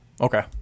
Okay